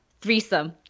threesome